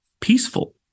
peaceful